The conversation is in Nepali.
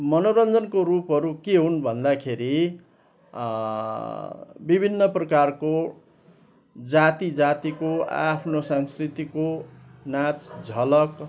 मनोरञ्जनको रूपहरू के हुन् भन्दाखेरि विभिन्न प्रकारको जाति जातिको आआफ्नो सांस्कृतिको नाँच झलक